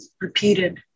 repeated